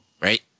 Right